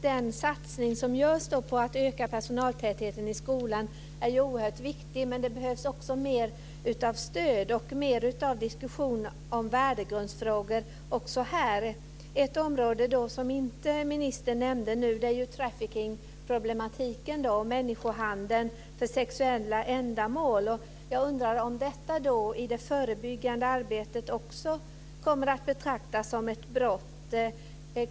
Den satsning som görs på att öka personaltätheten i skolan är oerhört viktig, men det behövs också mer av stöd och mer av diskussion om värdegrundsfrågor när det gäller det här. Ett område som ministern inte nämnde nu är trafficking-problematiken, människohandeln för sexuella ändamål. Jag undrar om detta i det förebyggande arbetet också kommer att betraktas som ett brott.